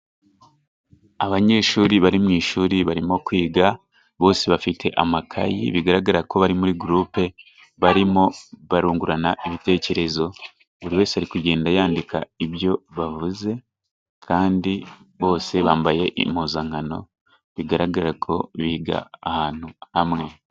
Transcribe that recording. Abanyeshuri bari mu ishuri barimo kwiga，bose bafite amakayi，bigaragara ko bari muri gurupe barimo barungurana ibitekerezo， buri wese ari kugenda yandika ibyo bavuze，kandi bose bambaye impuzankano， bigaragara ko biga ahantu hamwe.